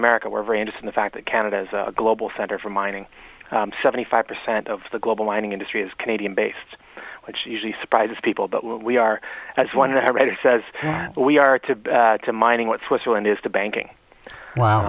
america we're very interest in the fact that canada is a global center for mining seventy five percent of the global mining industry is canadian based which usually surprises people but what we are as one of the i read says we are to to mining what switzerland is to banking wow